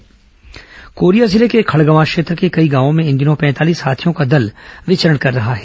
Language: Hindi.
हाथी उत्पात कोरिया जिले के खड़गवां क्षेत्र के कई गांवों में इन दिनों पैंतालीस हाथियों का दल विचरण कर रहा है